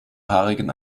haarigen